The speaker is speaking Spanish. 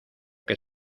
que